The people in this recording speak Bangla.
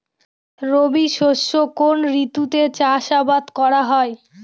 রবি শস্য কোন ঋতুতে চাষাবাদ করা হয়?